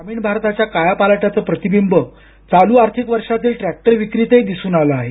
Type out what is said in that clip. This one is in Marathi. ग्रामीण भारताच्या कायापालटाचं प्रतिबिंब चालू आर्थिक वर्षातील ट्रॅक्टर विक्रीतही दिसून आलं आहे